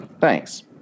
Thanks